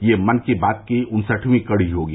यह मन की बात की उन्सठवीं कड़ी होगी